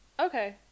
Okay